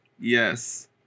Yes